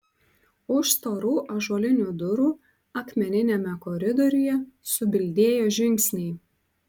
už storų ąžuolinių durų akmeniniame koridoriuje subildėjo žingsniai